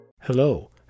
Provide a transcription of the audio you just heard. Hello